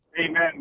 Amen